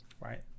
Right